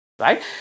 Right